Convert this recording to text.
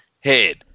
head